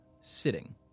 sitting